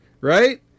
right